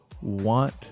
want